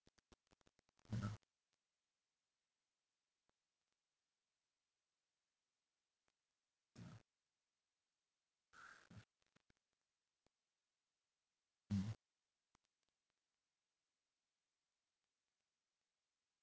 (uh huh) mm